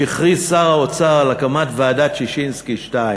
כשהכריז שר האוצר על הקמת ועדת ששינסקי 2,